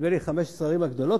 נדמה לי 15 ערים הגדולות,